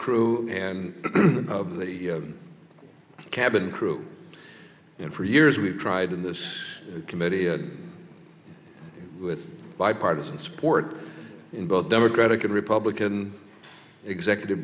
crew and of the cabin crew and for years we've tried in this committee with bipartisan support in both democratic and republican executive